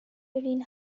between